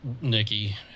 Nikki